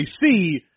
see